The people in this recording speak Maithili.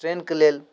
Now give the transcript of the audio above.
ट्रेनके लेल